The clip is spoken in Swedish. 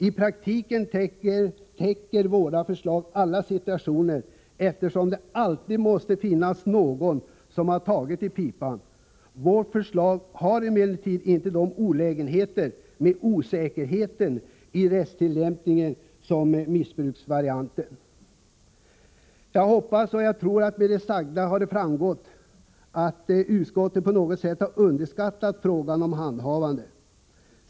I praktiken täcker vårt förslag alla situationer, eftersom det alltid måste finnas någon som tagit i pipan. Vårt förslag har emellertid inte de olägenheter med osäkerhet i rättstillämpningen som ”missbruksvarianten” har. Jag hoppas och tror att det med det sagda framgått att utskottet på något sätt har underskattat frågan om ”handhavandet”.